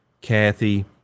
Kathy